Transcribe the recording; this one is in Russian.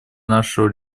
нашего